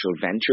venture